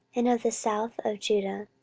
and of the south of judah,